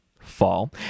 fall